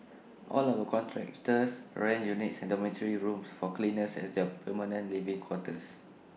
all our contractors rent units and dormitory rooms for cleaners as their permanent living quarters